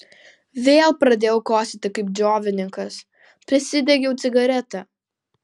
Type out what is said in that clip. vėl pradėjau kosėti kaip džiovininkas prisidegiau cigaretę